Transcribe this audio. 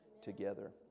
together